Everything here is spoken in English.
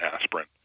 aspirin